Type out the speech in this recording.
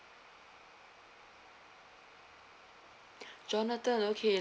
jonathan okay